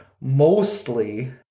mostly